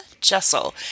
Jessel